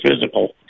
physical